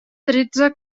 tretze